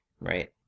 Right